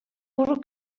bwrw